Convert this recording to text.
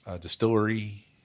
distillery